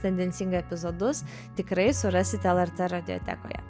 tendencingai epizodus tikrai surasite lrt rate teko ją